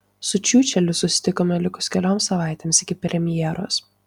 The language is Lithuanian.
su čiučeliu susitikome likus kelioms savaitėms iki premjeros